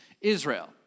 Israel